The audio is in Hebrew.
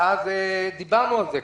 ואז, דיברנו על זה.